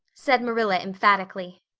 said marilla emphatically.